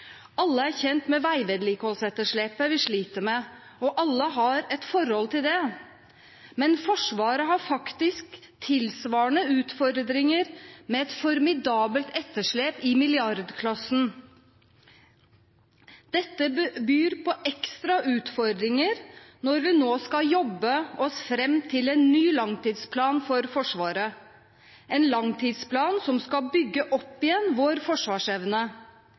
Alle er kjent med veivedlikeholdsetterslepet vi sliter med, og alle har et forhold til det. Men Forsvaret har faktisk tilsvarende utfordringer, med et formidabelt etterslep i milliardklassen. Dette byr på ekstra utfordringer når vi nå skal jobbe oss fram til en ny langtidsplan for Forsvaret, en langtidsplan som skal bygge opp igjen vår forsvarsevne.